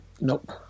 Nope